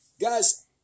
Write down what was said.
Guys